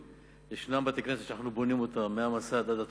יש בתי-כנסת שאנחנו בונים מהמסד ועד הטפחות,